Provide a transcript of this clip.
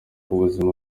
ubuzima